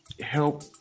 help